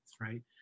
right